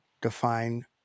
define